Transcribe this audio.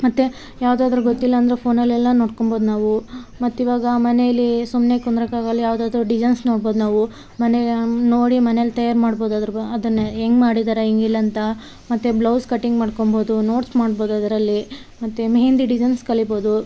ಮತ್ತು ಯಾವುದಾದ್ರು ಗೊತ್ತಿಲ್ಲ ಅಂದ್ರೆ ಫೋನಲೆಲ್ಲಾ ನೋಡ್ಕಂಬೌದು ನಾವು ಮತ್ತು ಇವಾಗ ಮನೇಲಿ ಸುಮ್ಮನೆ ಕುಂದ್ರಕಾಗೊಲ್ಲ ಯಾವುದಾದ್ರು ಡಿಸೈನ್ಸ್ ನೋಡ್ಬೌದು ನಾವು ಮನೆಯ ನೋಡಿ ಮನೆಲಿ ತಯಾರು ಮಾಡ್ಬೌದು ಅದ್ರ ಬ ಅದನ್ನೇ ಹೆಂಗ್ ಮಾಡಿದಾರೆ ಹಿಂಗಿಲ್ಲಂಥ ಮತ್ತು ಬ್ಲೌಸ್ ಕಟಿಂಗ್ ಮಾಡ್ಕೊಬೌದು ನೋಟ್ಸ್ ಮಾಡ್ಬೋದು ಅದರಲ್ಲಿ ಮತ್ತು ಮೆಹಂದಿ ಡಿಸೈನ್ಸ್ ಕಲಿಬೋದು